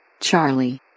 Charlie